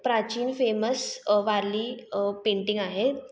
प्राचीन famous Warli painting आहे